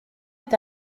est